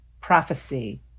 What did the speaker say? prophecy